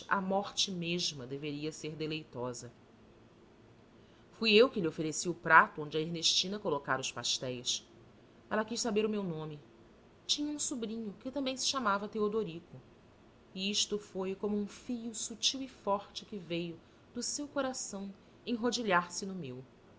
a morte mesma deveria ser deleitosa fui eu que lhe ofereci o prato onde a ernestina colocara os pastéis ela quis saber o meu nome tinha um sobrinho que também chamava teodorico e isto foi como um fio sutil e forte que veio do seu coração enrodilhar se no meu